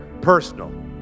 personal